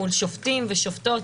מול שופטים ושופטות.